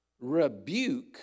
rebuke